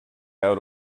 out